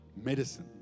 medicine